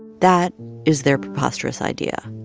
that is their preposterous idea.